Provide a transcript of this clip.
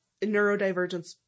neurodivergence